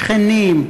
שכנים,